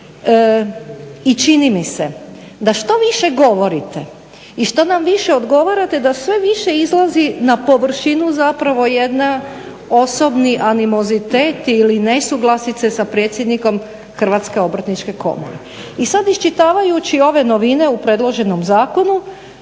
I čini mi se da što više govorite i što nam više odgovarate da sve više izlazi na površinu zapravo jedan osobni animozitet ili nesuglasice sa predsjednikom Hrvatske obrtničke komore. I sad iščitavajući ove novine u predloženom zakonu,